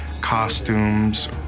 costumes